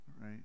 right